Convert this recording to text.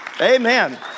amen